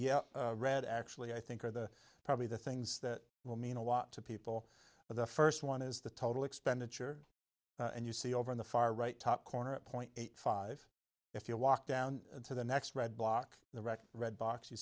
you read actually i think are the probably the things that will mean a lot to people but the first one is the total expenditure and you see over on the far right top corner point eight five if you walk down to the next red block the red red box you